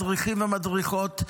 מדריכים ומדריכות,